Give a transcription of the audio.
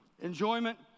Enjoyment